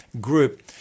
group